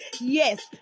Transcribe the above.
yes